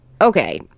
Okay